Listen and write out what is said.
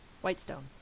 Whitestone